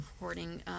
recording